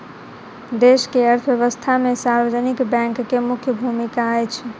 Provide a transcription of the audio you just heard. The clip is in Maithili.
देश के अर्थव्यवस्था में सार्वजनिक बैंक के मुख्य भूमिका अछि